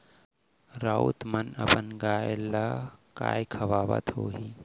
राउत मन अपन गाय ल काय खवावत होहीं